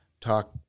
talk